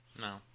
No